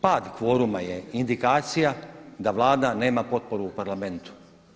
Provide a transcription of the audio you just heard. Pad kvoruma je indikacija da Vlada nema potporu u Parlamentu.